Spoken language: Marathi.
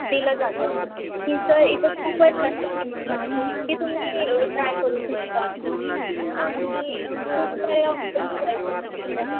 दिलं जातं मिसळ इथं खूपच जास्त फेमस आह ती तुम्ही ट्राय करू शकता आणि खूप सारे ऑप्शन्स आहेत आमच्याकडं